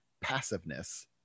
passiveness